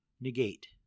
negate